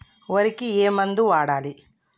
వరికి ఏ మందు వాడాలి?